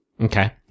Okay